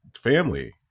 family